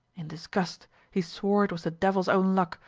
in disgust he swore it was the devil's own luck,